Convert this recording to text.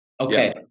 Okay